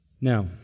Now